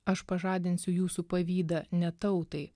aš pažadinsiu jūsų pavydą ne tautai